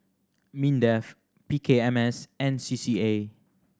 MINDEF P K M S and C C A